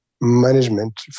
management